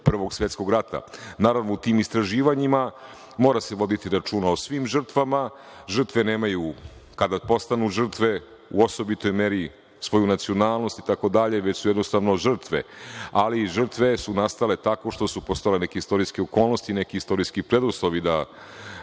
Prvog svetskog rata. Naravno, u tim istraživanjima mora se voditi računa o svim žrtvama. Žrtve nemaju kada da postanu žrtve u osobitoj meri, svoju nacionalnost itd, već su jednostavno žrtve, ali su žrtve nastale tako što su postojale neke istorijske okolnosti, neki istorijski preduslovi da